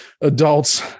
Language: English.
Adults